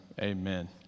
amen